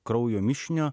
kraujo mišinio